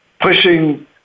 pushing